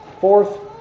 Fourth